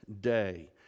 day